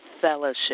fellowship